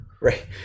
Right